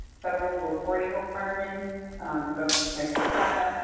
federal reporting requirements like the ffata,